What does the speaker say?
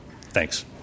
thanks